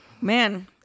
Man